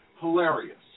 Hilarious